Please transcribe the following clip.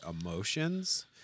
emotions